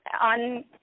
on